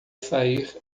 sair